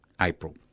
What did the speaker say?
April